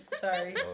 sorry